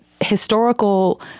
historical